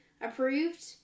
approved